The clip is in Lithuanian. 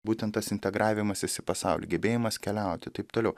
būtent tas integravimasis į pasaulį gebėjimas keliauti taip toliau